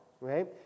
right